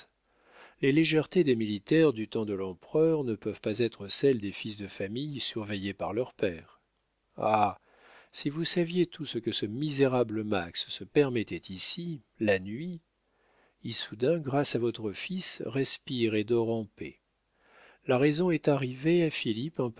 les légèretés des militaires du temps de l'empereur ne peuvent pas être celles des fils de famille surveillés par leurs pères ah si vous saviez tout ce que ce misérable max se permettait ici la nuit issoudun grâce à votre fils respire et dort en paix la raison est arrivée à